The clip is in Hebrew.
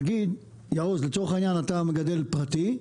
נגיד, יעוז, לצורך העניין אתה מגדל פרטי,